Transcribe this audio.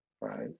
right